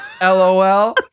LOL